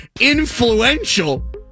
influential